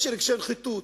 של רגשי נחיתות,